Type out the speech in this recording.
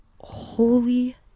holy